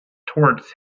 towards